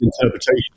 interpretation